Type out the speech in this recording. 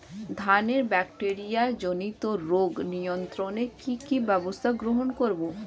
ধানের ব্যাকটেরিয়া জনিত রোগ নিয়ন্ত্রণে কি কি ব্যবস্থা গ্রহণ করব?